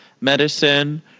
medicine